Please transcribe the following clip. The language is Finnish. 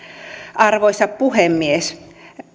arvoisa puhemies